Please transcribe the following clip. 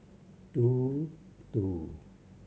two two